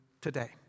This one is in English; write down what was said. today